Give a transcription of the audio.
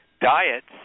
Diets